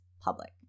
public